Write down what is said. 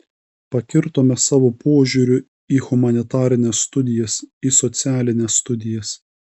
pakirtome savo požiūriu į humanitarines studijas į socialines studijas